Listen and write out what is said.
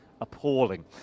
Appalling